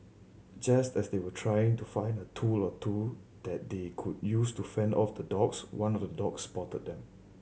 just as they were trying to find a tool or two that they could use to fend off the dogs one of the dogs spotted them